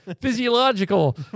physiological